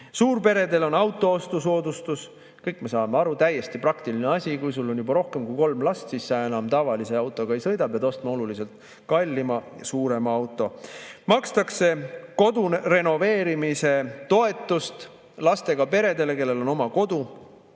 Suurperedel on autoostusoodustus. Kõik me saame aru, täiesti praktiline asi: kui sul on juba rohkem kui kolm last, siis sa enam tavalise autoga ei sõida, pead ostma oluliselt kallima ja suurema auto. Makstakse kodu renoveerimise toetust lastega peredele, kellel on oma kodu.